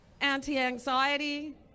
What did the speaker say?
anti-anxiety